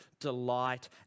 delight